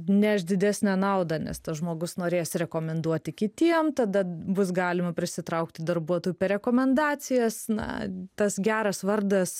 neš didesnę naudą nes tas žmogus norės rekomenduoti kitiem tada bus galima prisitraukti darbuotojų per rekomendacijas na tas geras vardas